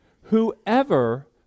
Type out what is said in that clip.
whoever